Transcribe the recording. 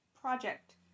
project